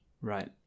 Right